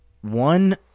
One